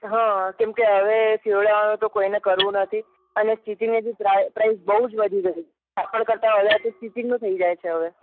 હં કેમ કે હવે સિવડાવવાનો તો કોઈને કરવું નથી અને સ્ટિચિંગની બી પ્રા પ્રાઈસ બહુ જ વધી ગઈ છે કાપડ કરતાં વધારે તો સ્ટિચિંગનું થઇ જાય છે હવે